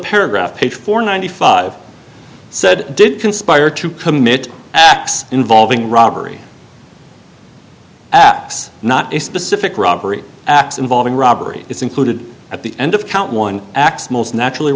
paragraph page four ninety five said did conspire to commit acts involving robbery it's not a specific robbery acts involving robbery it's included at the end of count one acts most naturally